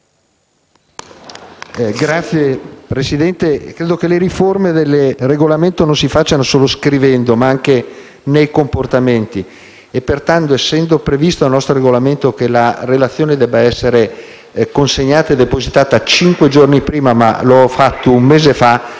Signor Presidente, credo che le riforme del Regolamento non si facciano solo scrivendo, ma anche nei comportamenti e pertanto, essendo previsto dal nostro Regolamento che la relazione debba essere consegnata e depositata cinque giorni prima (ma l'ho fatto un mese fa),